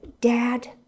Dad